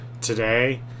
today